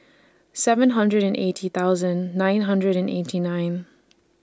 seven hundred and eighty thousand nine hundred and eighty nine